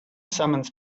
summons